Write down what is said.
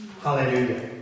Hallelujah